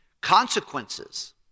Consequences